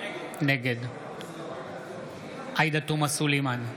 נגד עאידה תומא סלימאן,